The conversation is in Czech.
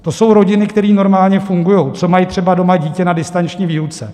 To jsou rodiny, které normálně fungují, co mají třeba doma dítě na distanční výuce.